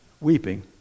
weeping